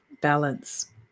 balance